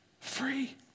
Free